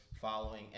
following